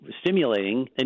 stimulating